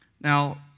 Now